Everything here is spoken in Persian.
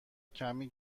کمی